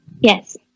Yes